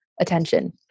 attention